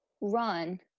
run